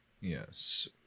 Yes